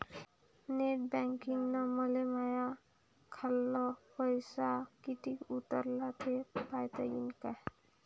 Net बँकिंगनं मले माह्या खाल्ल पैसा कितीक उरला थे पायता यीन काय?